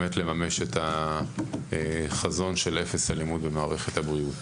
ולממש את החזון של אפס אלימות במערכת הבריאות.